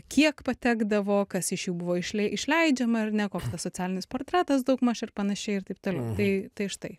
kiek patekdavo kas iš jų buvo išlei išleidžiama ar ne koks tas socialinis portretas daugmaž ir panašiai ir taip toliau tai tai štai